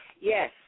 Yes